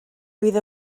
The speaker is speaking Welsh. fydd